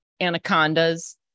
Anacondas